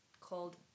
called